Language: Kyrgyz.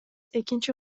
экинчи